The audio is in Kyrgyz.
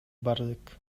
бардык